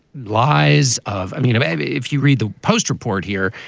lies of. i mean, maybe if you read the post report here,